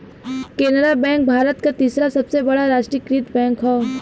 Canara bank भारत क तीसरा सबसे बड़ा राष्ट्रीयकृत बैंक हौ